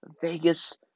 Vegas